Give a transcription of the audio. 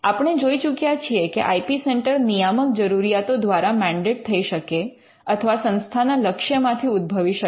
આપણે જોઈ ચૂક્યાં છીએ કે આઇ પી સેન્ટર નિયામક જરૂરિયાતો દ્વારા મૅન્ડેટ થઈ શકે અથવા સંસ્થાના લક્ષ્યમાંથી ઉદભવી શકે